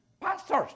Pastors